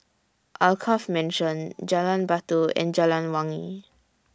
Alkaff Mansion Jalan Batu and Jalan Wangi